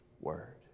Word